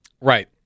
Right